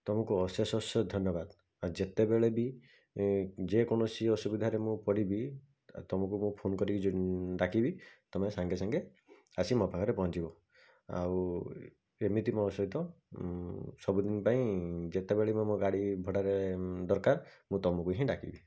ତୁମକୁ ଅଶେଷ ଅଶେଷ ଧନ୍ୟବାଦ ଆଉ ଯେତେବେଳେ ବି ଯେକୌଣସି ଅସୁବିଧାରେ ମୁଁ ପଡ଼ିବି ତୁମକୁ ମୁଁ ଫୋନ୍ କରିକି ଡାକିବି ତୁମେ ସାଙ୍ଗେସାଙ୍ଗେ ଆସି ମୋ ପାଖରେ ଆସି ପହଞ୍ଚିବ ଆଉ ଏମିତି ମୋ ସହିତ ସବୁଦିନ ପାଇଁ ଯେତେବେଳେ ବି ମୋ ଗାଡ଼ିଭଡ଼ାରେ ଦରକାର ମୁଁ ତୁମକୁ ହିଁ ଡାକିବି